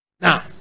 now